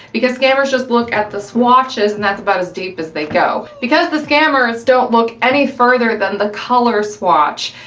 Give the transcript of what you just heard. because scammers just look at the swatches and that's about as deep as they go. because the scammers don't look any further than the color swatch,